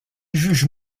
juge